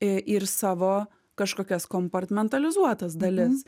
ir savo kažkokias kompartmentalizuotas dalis